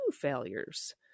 failures